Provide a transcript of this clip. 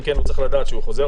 אם כן, הוא צריך לדעת שהוא חוזר.